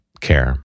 care